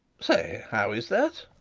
say, how is that?